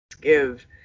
give